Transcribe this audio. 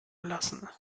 gelassen